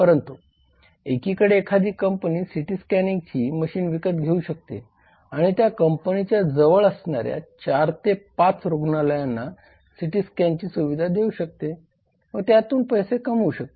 परंतु एकीकडे एखादी कंपनी सीटी स्कॅनिंगची मशीन विकत घेऊ शकते आणि त्या कंपनीच्या जवळ असणाऱ्या ४ ते ५ रुग्णालयांना सीटी स्कॅनिंगची सुविधा देऊ शकते व त्यातून पैसे कमवू शकते